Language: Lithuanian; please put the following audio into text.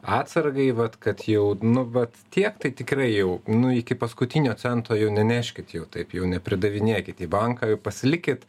atsargai vat kad jau nu vat tiek tai tikrai jau nu iki paskutinio cento jau neneškit jau taip jau neperdavinėkit į banką jau pasilikit